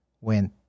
went